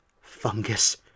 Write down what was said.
fungus